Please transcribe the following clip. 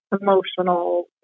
emotional